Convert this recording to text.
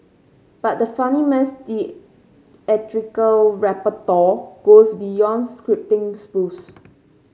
but the funnyman's theatrical repertoire goes beyond scripting spoofs